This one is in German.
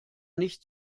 nicht